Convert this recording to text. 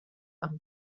amb